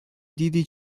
دیدی